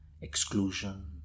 exclusion